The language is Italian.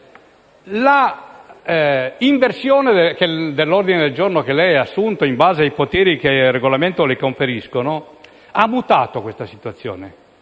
L'inversione dell'ordine del giorno che lei ha disposto in base ai poteri che il Regolamento le conferisce, Presidente, ha mutato questa situazione.